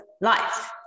life